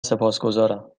سپاسگزارم